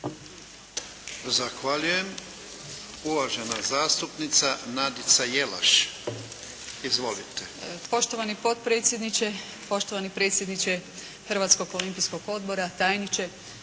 Zahvaljujem. Uvažena zastupnica Nadica jelaš. Izvolite. **Jelaš, Nadica (SDP)** Poštovani potpredsjedniče, poštovani predsjedniče Hrvatskog olimpijskog odbora, tajniče,